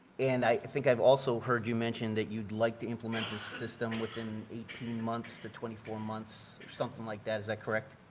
and i think i've also heard you mentioned that you'd like to implement this system within each i mean month to twenty four months or something like that, is that correct?